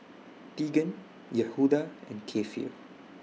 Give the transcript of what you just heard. Teagan Yehuda and Keifer